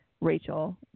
Rachel